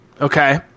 okay